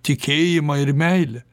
tikėjimą ir meilę